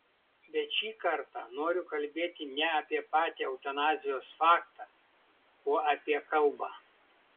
bet šį kartą noriu kalbėti ne apie patį eutanazijos faktą o apie kalbą